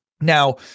Now